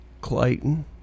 Clayton